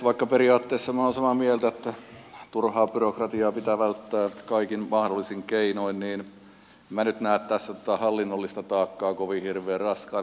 vaikka periaatteessa minä olen samaa mieltä että turhaa byrokratiaa pitää välttää kaikin mahdollisin keinoin niin en minä nyt näe tässä tätä hallinnollista taakkaa hirveän raskaana